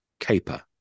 caper